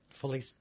fully